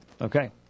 Okay